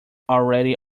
already